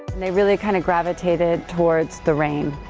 and they really kind of gravitated towards the rain.